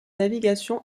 navigation